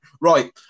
Right